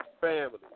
family